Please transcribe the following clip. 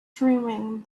dreaming